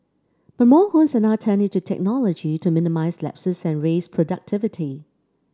but more homes are now turning to technology to minimise lapses and raise productivity